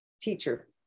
teacher